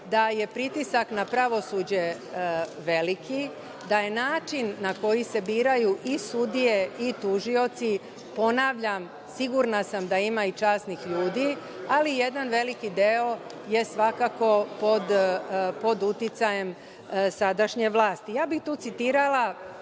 da je pritisak na pravosuđe veliki, da je način na koji se biraju i sudije i tužioci, ponavljam, sigurna sam da ima i časnih ljudi, ali jedan veliki deo je svakako pod uticajem sadašnje vlasti. Tu bih citirala